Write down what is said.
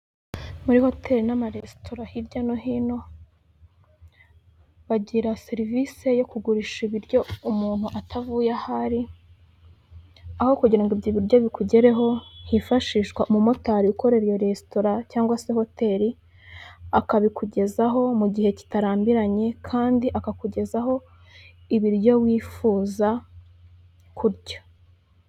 Muri hoteri n'amaresitora hirya no hino bagira serivisi yo kugurisha ibiryo umuntu atavuye aho ari. Aho kugira ngo ibyo biryo bikugereho hifashishwa umumotari ukorera iyo resitora cyangwa hoteri, akabikugezaho mu gihe kitarambiranye, kandi akakugezaho ibiryo wifuza kurya.